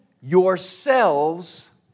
yourselves